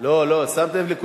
לא שמת לב,